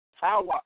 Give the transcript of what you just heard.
power